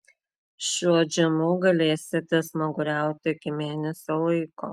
šiuo džemu galėsite smaguriauti iki mėnesio laiko